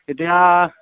এতিয়া